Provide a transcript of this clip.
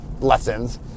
lessons